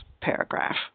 paragraph